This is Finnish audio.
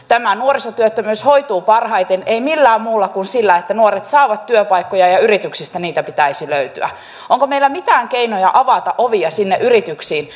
tämä nuorisotyöttömyys hoituu parhaiten ei millään muulla kuin sillä että nuoret saavat työpaikkoja ja yrityksistä niitä pitäisi löytyä onko meillä mitään keinoja avata ovia sinne yrityksiin